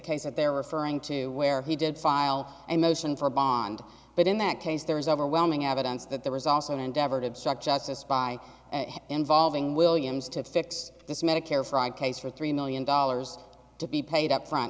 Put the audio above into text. case that they're referring to where he did file a motion for bond but in that case there is overwhelming evidence that there was also an endeavor to obstruct justice by involving williams to fix this medicare fraud case for three million dollars to be paid up front